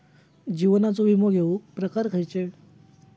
जीवनाचो विमो घेऊक प्रकार खैचे?